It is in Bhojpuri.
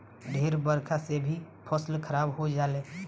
ढेर बरखा से भी फसल खराब हो जाले